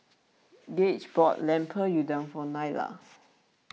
Gage bought Lemper Udang for Nyla